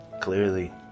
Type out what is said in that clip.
clearly